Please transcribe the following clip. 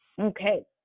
Okay